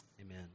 Amen